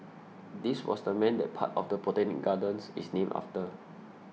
this was the man that part of the Botanic Gardens is named after